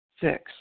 Six